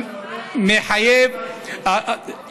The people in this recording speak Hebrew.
כל אחד שהולך אומר מה שהוא רוצה.